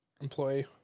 employee